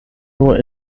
nur